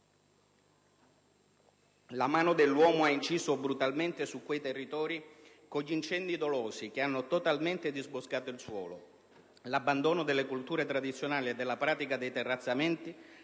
la mano dell'uomo ha inciso brutalmente su quei territori con gli incendi dolosi, che hanno totalmente disboscato il suolo. L'abbandono delle colture tradizionali e della pratica dei terrazzamenti